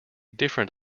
different